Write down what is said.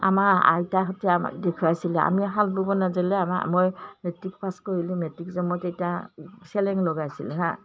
আমাৰ আইতাহঁতে আমাক দেখুৱাইছিলে আমি শাল ব'ব নাজানিলে আমাৰ মই মেট্ৰিক পাছ কৰিলোঁ মেট্ৰিক যে মই তেতিয়া চেলেং লগাইছিলোঁ হাঁ